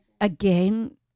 again